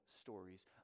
stories